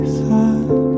thought